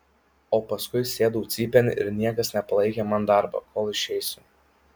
o paskui sėdau cypėn ir niekas nepalaikė man darbo kol išeisiu